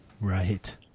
Right